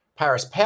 Paris